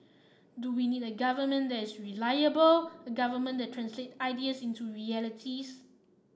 do we need a government that is reliable a government that translate ideas into realities